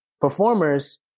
performers